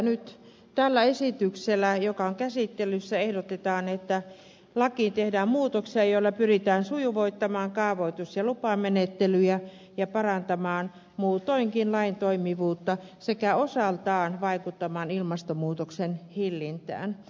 nyt tällä esityksellä joka on käsittelyssä ehdotetaan että lakiin tehdään muutoksia joilla pyritään sujuvoittamaan kaavoitus ja lupamenettelyjä ja parantamaan muutoinkin lain toimivuutta sekä osaltaan vaikuttamaan ilmastonmuutoksen hillintään